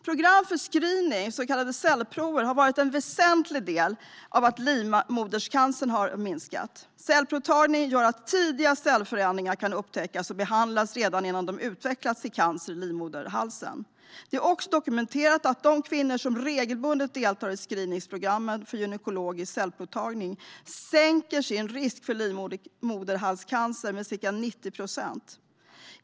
Program för screening, så kallade cellprover, har haft en väsentlig del i att livmodercancern minskar. Cellprovtagning gör att tidiga cellförändringar kan upptäckas och behandlas redan innan de utvecklats till cancer i livmoderhalsen. Det är också dokumenterat att de kvinnor som regelbundet deltar i screeningprogrammet för gynekologisk cellprovtagning sänker sin risk för livmoderhalscancer med ca 90 procent.